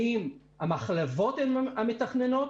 האם המחלבות הן המתכננות